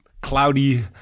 cloudy